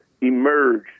emerge